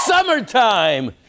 Summertime